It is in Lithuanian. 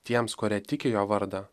tiems kurie tiki jo vardą